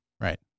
Right